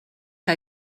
que